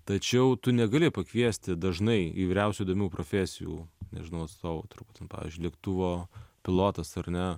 tačiau tu negali pakviesti dažnai įvairiausių įdomių profesijų nežinau atstovų turbūt ten pavyzdžiui lėktuvo pilotas ar ne